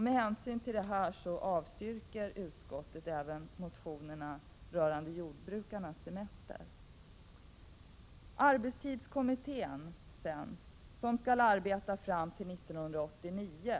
Med hänvisning till detta avstyrker utskottet även motionerna rörande jordbrukarnas semester. Arbetstidskommittén, som skall arbeta fram till 1989,